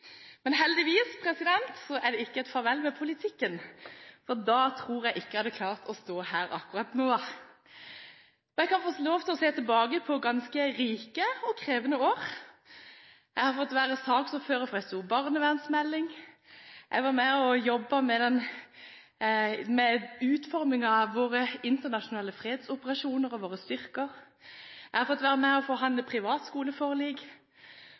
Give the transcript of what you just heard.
Men heldigvis er det ikke et farvel med politikken, for da tror jeg ikke at jeg hadde klart å stå her akkurat nå. Jeg kan få lov til å se tilbake på ganske rike og krevende år. Jeg har fått være saksordfører for en stor barnevernsmelding, jeg var med og jobbet med utformingen av våre internasjonale fredsoperasjoner og våre styrker, jeg har fått være med på å forhandle